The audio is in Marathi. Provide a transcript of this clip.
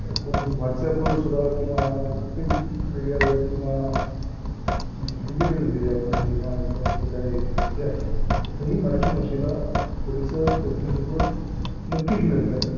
एकूण व्हॉट्सॲपवर सुद्धा किंवा प्रिंट मीडियावर किंवा डिजिटल मीडियावर किंवा एकूण जे काय हे आहे तिथंही मराठी भाषेला पुरेसं प्रतिनिधित्व नक्कीच मिळत आहे